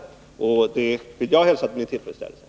Jag vill hälsa det med tillfredsställelse.